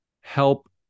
help